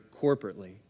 corporately